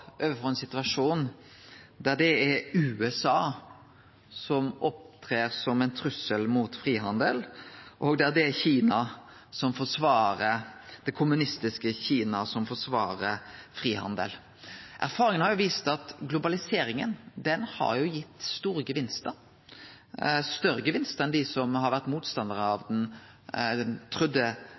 overfor ein situasjon der det er USA som opptrer som ein trussel mot frihandel, og der det er det kommunistiske Kina som forsvarer frihandel. Erfaringa har vist at globaliseringa har gitt store gevinstar – større gevinstar enn dei som har vore motstandarar av ho, trudde det skulle vere. Men me ser utfordringar knytte til fordelinga av den